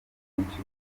kenshi